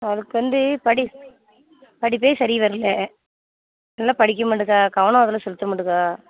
அவளுக்கு வந்து படி படிப்பே சரி வரல நல்லா படிக்க மாட்டுக்கா கவனம் அதில் செலுத்த மாட்டுக்கா